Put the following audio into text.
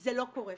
זה לא קורה.